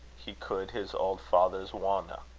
he coud his old father's wone,